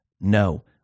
no